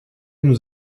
nous